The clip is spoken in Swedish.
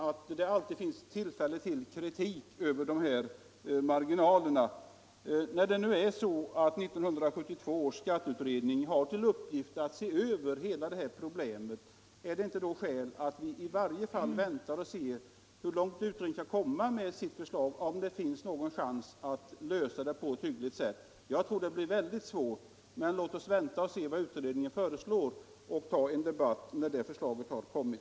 Det finns alltid tillfälle till kritik med anledning av dessa marginaler. När nu 1972 års skatteutredning har till uppgift att göra en översyn av hela detta problem, är det då inte skäl att i varje fall vänta och se hur långt utredningen kan komma med sitt förslag och om det finns någon chans att lösa problemet på ett hyggligt sätt? Jag tror att det blir väldigt svårt att hitta en lösning, men låt oss vänta med en debatt tills förslaget har kommit.